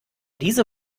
diese